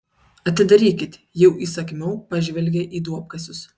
atidarykit jau įsakmiau pažvelgė į duobkasius